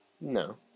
No